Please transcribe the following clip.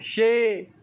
ਛੇ